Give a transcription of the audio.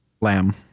Lamb